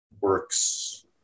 Works